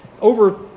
over